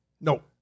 No